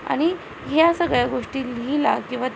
आणि ह्या सगळ्या गोष्टी लिहिला किंवा